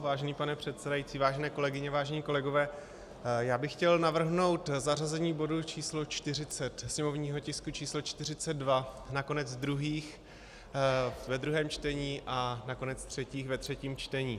Vážený pane předsedající, vážené kolegyně, vážení kolegové, já bych chtěl navrhnout zařazení bodu číslo 40, sněmovního tisku číslo 42, na konec druhých ve druhém čtení a na konec třetích ve třetím čtení.